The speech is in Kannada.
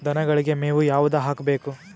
ದನಗಳಿಗೆ ಮೇವು ಯಾವುದು ಹಾಕ್ಬೇಕು?